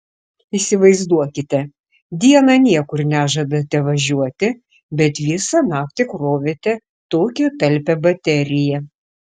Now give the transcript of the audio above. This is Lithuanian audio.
įsivaizduokite dieną niekur nežadate važiuoti bet visą naktį krovėte tokią talpią bateriją